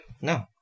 no